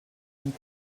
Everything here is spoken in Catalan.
amb